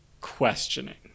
questioning